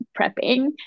prepping